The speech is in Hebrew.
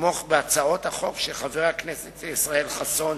לתמוך בהצעות החוק של חברי הכנסת ישראל חסון